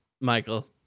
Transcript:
Michael